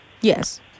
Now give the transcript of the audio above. Yes